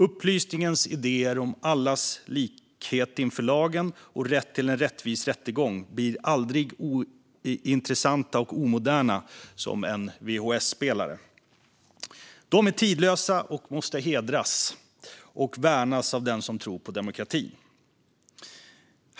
Upplysningens idéer om allas likhet inför lagen och rätt till en rättvis rättegång blir aldrig ointressanta och omoderna, som en vhs-spelare blir. De är tidlösa och måste hedras och värnas av dem som tror på demokrati.